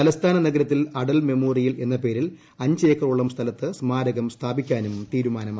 തലസ്ഥാന നഗരത്തിൽ അടൽ മെമ്മോറിയൽ എന്ന പേരിൽ അഞ്ചേക്കറോളം സ്ഥലത്ത് സ്മാരകം സ്ഥാപിക്കാനും തീരുമാനമായി